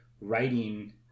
writing